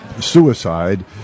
suicide